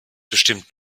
bestimmt